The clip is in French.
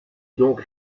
donc